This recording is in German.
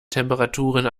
temperaturen